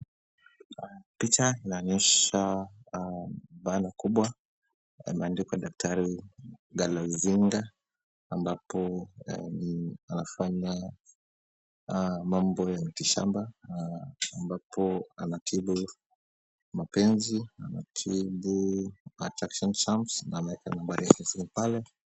Picha inaonyesha barner kubwa imeandikwa daktari Galazinga, ambapo anafanya mambo ya mitishamba na ambapo anatibu mapenzi, anatibu attraction charms na ameeka nambari yake ya simu pale.